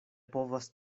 povas